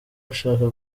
ushaka